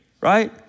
right